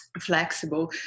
flexible